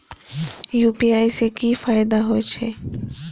UPI से की फायदा हो छे?